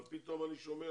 אבל פתאום אני שומע